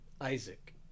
Isaac